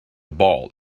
ball